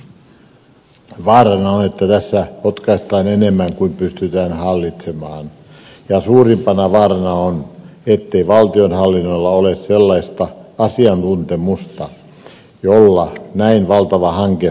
vaarana on että tässä hotkaistaan enemmän kuin pystytään hallitsemaan ja suurimpana vaarana on ettei valtionhallinnolla ole sellaista asiantuntemusta jolla näin valtava hanke saataisiin toteutetuksi